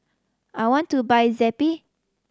I want to buy Zappy